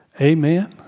Amen